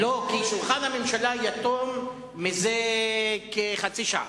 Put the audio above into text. לא, כי שולחן הממשלה יתום זה כחצי שעה.